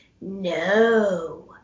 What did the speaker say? no